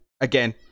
again